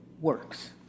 works